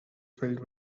filled